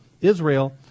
Israel